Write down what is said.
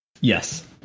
Yes